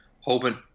hoping